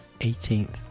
18th